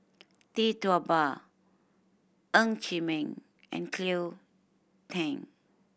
Tee Tua Ba Ng Chee Meng and Cleo Thang